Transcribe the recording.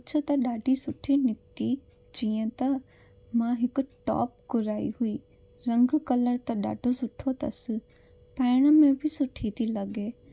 कुझ त ॾाढी सुठी निकिती जीअं त मां हिकु टॉप घुराई हुई रंग कलर त ॾाढो सुठो अथसि पाइण में बि सुठी थी लॻे